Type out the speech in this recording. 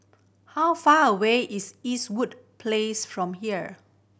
how far away is Eastwood Place from here